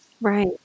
Right